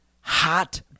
hot